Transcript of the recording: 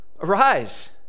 Arise